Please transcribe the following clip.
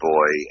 Boy